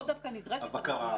שפה דווקא נדרשת הרגולציה.